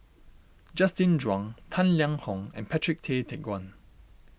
Justin Zhuang Tang Liang Hong and Patrick Tay Teck Guan